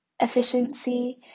efficiency